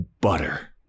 butter